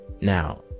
Now